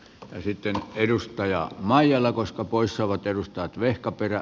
paperipino edustaja maijalla koska poissaolot edustaa vehkaperä